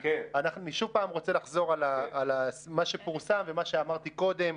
אני שוב רוצה לחזור על מה שפורסם ומה שאמרתי קודם.